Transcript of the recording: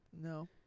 No